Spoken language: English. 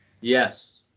Yes